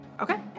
Okay